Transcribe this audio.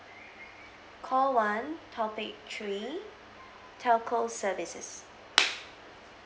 call one topic three telco services